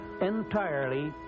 entirely